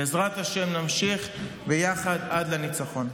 בעזרת השם, נמשיך ביחד עד הניצחון.